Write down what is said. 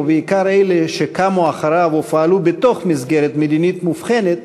ובעיקר אלה שקמו אחריו ופעלו בתוך מסגרת מדינית מובחנת,